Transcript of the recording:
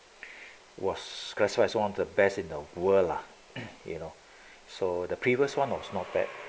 was classified as one of the best in the world lah you know so the previous one was not bad